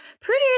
prettier